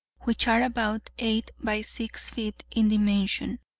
which are about eight by six feet in dimension.